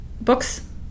books